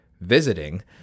visiting